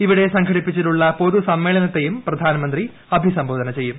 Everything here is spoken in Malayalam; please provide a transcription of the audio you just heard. ഇവിടെ സംഘടിപ്പിച്ചിട്ടുള്ള പൊതു സമ്മേളന്റ്ത്തയും പ്രധാനമന്ത്രി അഭിസംബോധന ചെയ്യും